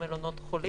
למלונות חולים.